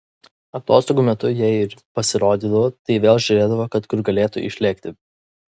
atostogų metu jei ir pasirodydavo tai vėl žiūrėdavo kad kur galėtų išlėkti